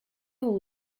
all